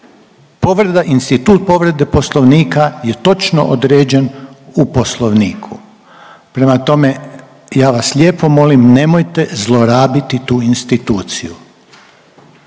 Povreda, institut povrede poslovnika je točno određen u poslovniku. Prema tome, ja vas lijepo molim nemojte zlorabiti tu instituciju